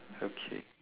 okay